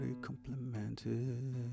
complimented